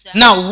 now